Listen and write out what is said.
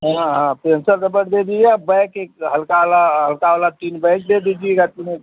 हाँ हाँ पेन्सल रबड़ दे दीजिए बैग एक हल्का वाला हल्का वाला तीन बैग दे दीजिएगा तीनों